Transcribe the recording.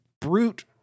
brute